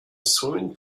swimming